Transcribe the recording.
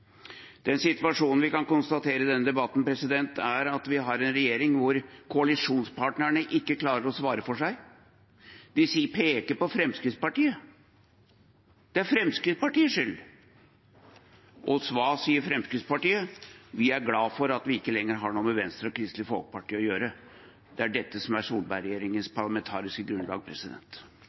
Den situasjonen vi kan konstatere i denne debatten, er at vi har en regjering hvor koalisjonspartnerne ikke klarer å svare for seg. De peker på Fremskrittspartiet – det er Fremskrittspartiets skyld. Og hva sier Fremskrittspartiet? De er glad for at de ikke lenger har noe med Venstre og Kristelig Folkeparti å gjøre. Det er dette som er Solberg-regjeringens parlamentariske grunnlag.